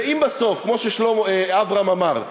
ואם בסוף, כמו שאברהם אמר,